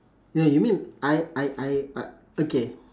ya you mean I I I I okay